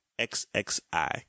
XXI